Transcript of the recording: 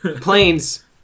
Planes